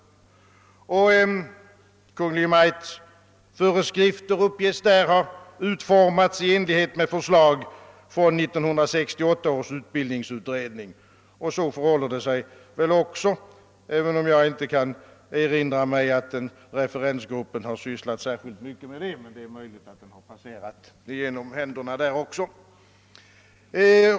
Kungl. Maj:ts föreskrifter uppges där ha utformats i enlighet med förslag från 1968 års utbildningsutredning. Så förhåller det sig väl också, även om jag inte kan erinra mig att den referensgruppen har sysslat särskilt mycket med denna fråga, men det är möjligt att den har passerat genom händerna där också.